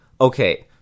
Okay